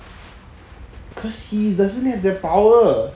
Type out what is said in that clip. cause he doesn't have that power